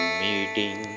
meeting